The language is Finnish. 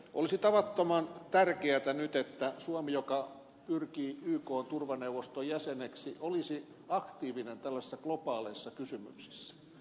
olisi tavattoman tärkeätä nyt että suomi joka pyrkii ykn turvaneuvoston jäseneksi olisi aktiivinen tällaisissa globaaleissa kysymyksissä